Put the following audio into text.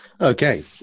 Okay